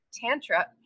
tantra